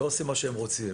הם לא עושים מה שהם רוצים.